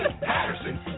Patterson